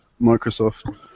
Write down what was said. Microsoft